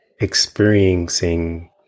experiencing